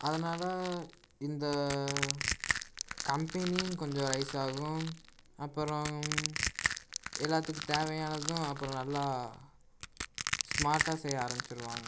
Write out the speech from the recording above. அதனால் இந்த கம்பெனியும் கொஞ்சம் ரைஸ் ஆகும் அப்புறம் எல்லாத்துக்கு தேவையானதும் அப்புறம் நல்லா ஸ்மார்ட்டாக செய்ய ஆரம்மிச்சுருவாங்க